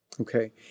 Okay